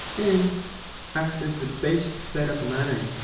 and access the page setup manager